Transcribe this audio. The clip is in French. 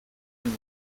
amie